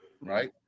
right